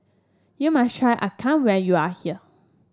you must try appam when you are here